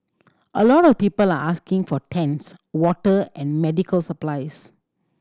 a lot of people are asking for tents water and medical supplies